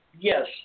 Yes